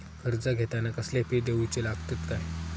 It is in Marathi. कर्ज घेताना कसले फी दिऊचे लागतत काय?